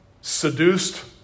Seduced